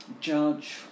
judge